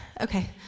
okay